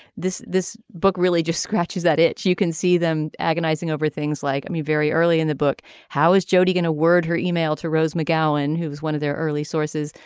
this this book really just scratches that itch. you can see them agonizing over things like i mean very early in the book how is jodi going to word her email to rose mcgowan who was one of their early sources.